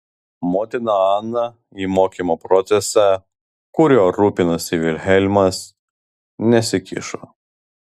motina ana į mokymo procesą kuriuo rūpinosi vilhelmas nesikišo